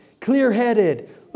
Clear-headed